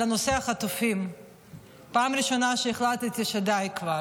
זו הפעם הראשונה שהחלטתי שדי כבר.